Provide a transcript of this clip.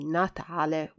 natale